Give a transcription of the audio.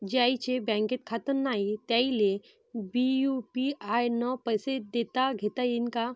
ज्याईचं बँकेत खातं नाय त्याईले बी यू.पी.आय न पैसे देताघेता येईन काय?